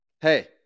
hey